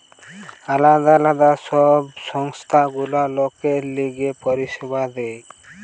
আলদা আলদা সব সংস্থা গুলা লোকের লিগে পরিষেবা দেয়